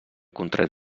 contret